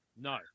No